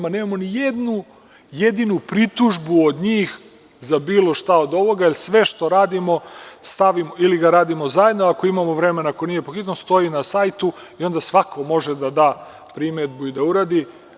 Nemamo ni jednu jedinu pritužbu od njih za bilo šta od ovoga jer sve što radimo - ili ga radimo zajedno, ako imamo vremena, ako nije po hitnom, stoji na sajtu i onda svako može da da primedbu i da uradi.